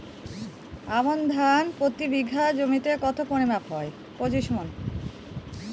আমন ধান প্রতি বিঘা জমিতে কতো পরিমাণ হয়?